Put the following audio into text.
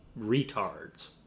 retards